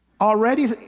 already